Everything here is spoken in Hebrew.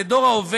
את דור ההווה,